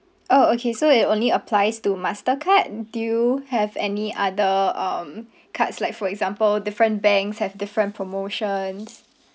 orh okay so it only applies to mastercard do you have any other um cards like for example different banks have different promotions